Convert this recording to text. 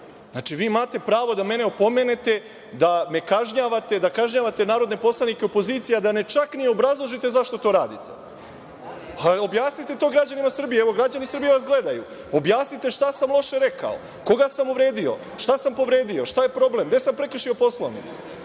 Znači, vi imate pravo da mene opomenete, da me kažnjavate, da kažnjavate narodne poslanike opozicije, a da čak ne obrazložite zašto to radite. Objasnite to građanima Srbije. Evo, građani Srbije vas gledaju. Objasnite šta sam loše rekao, koga sam uvredio, šta sam povredio, šta je problem, gde sam prekršio Poslovnik.